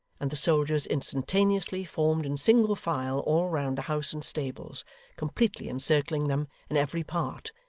and the soldiers instantaneously formed in single file all round the house and stables completely encircling them in every part,